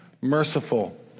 merciful